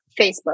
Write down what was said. Facebook